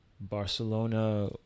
Barcelona